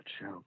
show